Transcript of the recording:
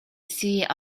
see